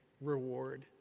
reward